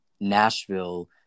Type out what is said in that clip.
Nashville